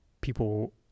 people